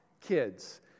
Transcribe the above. kids